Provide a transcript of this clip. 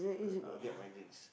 uh I'll get my drinks